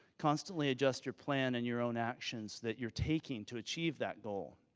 constantly adjust your plan and your own actions that you're taking to achieve that goal.